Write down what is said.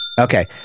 Okay